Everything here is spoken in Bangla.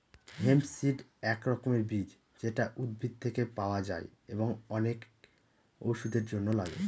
হেম্প সিড এক রকমের বীজ যেটা উদ্ভিদ থেকে পাওয়া যায় এবং অনেক ওষুধের জন্য লাগে